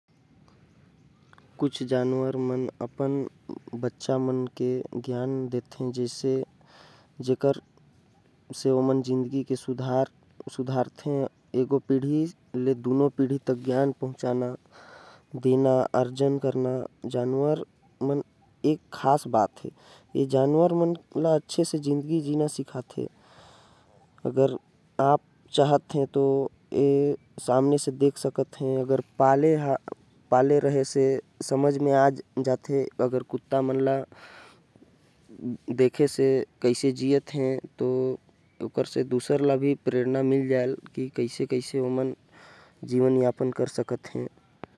हउ जानवर मन एक पीढ़ी से दूसर पीढ़ी तक ज्ञान पहुँचाथे। ओहो मन अपन लइका मन ला जिये के तरीका सीखाथे। अउ खाना खोजना अउ खाना सिखाथे।